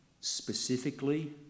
Specifically